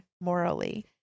morally